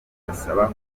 basaba